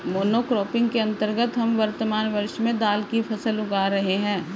monocropping के अंतर्गत हम वर्तमान वर्ष में दाल की फसल उगा रहे हैं